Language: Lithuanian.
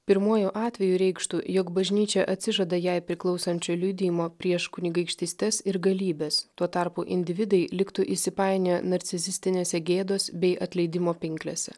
pirmuoju atveju reikštų jog bažnyčia atsižada jai priklausančių liudijimo prieš kunigaikštystes ir galybes tuo tarpu individai liktų įsipainioję narcisistinės gėdos bei atleidimo pinklėse